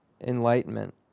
enlightenment